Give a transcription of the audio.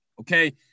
Okay